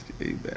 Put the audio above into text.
amen